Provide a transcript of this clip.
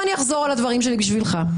ואני אחזור על הדברים שלי בשבילך.